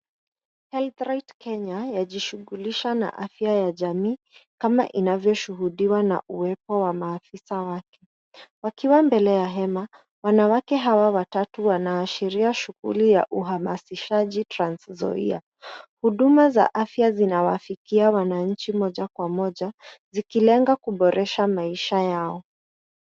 Health right Kenya yajishughulisha na afya ya jamii kama inavyoshuhudiwa na uwepo wa maafisa wake. Wakiwa mbele ya hema wanawake hawa watatu wanaashiria shughuli ya uhamasishaji Transnzoia. Huduma za afya zinawafikia wananchi moja kwa moja zikilenga kuboresha maisha yao.